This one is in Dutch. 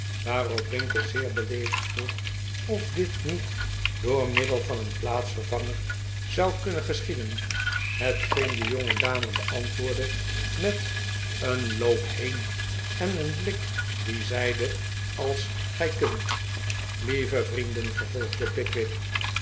waarop winkle zeer beleefd vroeg of dit niet door middel van een plaatsvervanger zou kunnen geschieden hetgeen de jongedame beantwoordde met een loop heen en een blik die zeide als gij kunt lieve vrienden vervolgde pickwick